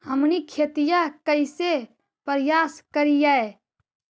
हमनी खेतीया कइसे परियास करियय?